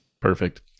Perfect